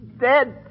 dead